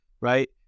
right